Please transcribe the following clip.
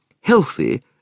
healthy